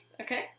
Okay